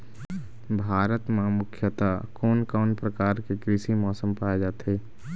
भारत म मुख्यतः कोन कौन प्रकार के कृषि मौसम पाए जाथे?